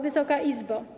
Wysoka Izbo!